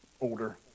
older